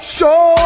Show